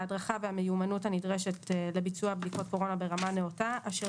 ההדרכה והמיומנות הנדרשת לביצוע בדיקות קורונה ברמה נאותה אשר